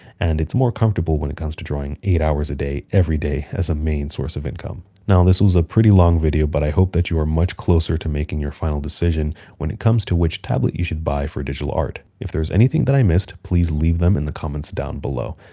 and it's more comfortable when it comes to drawing eight hours a day every day, as a main source of income. now, this was a pretty long video, but i hope that you are much closer to making your final decision when it comes to which tablet you should buy for digital art. if there's anything that i missed, please leave them in the comments down below.